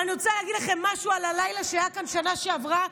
אני רוצה להגיד לכם משהו על הלילה שהיה כאן בשנה שעברה,